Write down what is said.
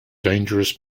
dangerous